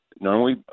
normally